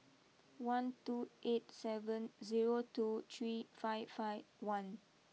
one two eight seven zero two three five five one